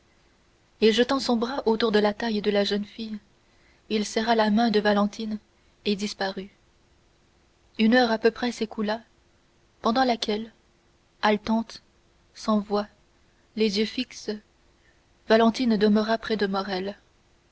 et jetant son bras autour de la taille de la jeune fille il serra la main de valentine et disparut une heure à peu près s'écoula pendant laquelle haletante sans voix les yeux fixes valentine demeura près de